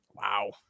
wow